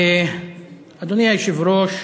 אדוני היושב-ראש,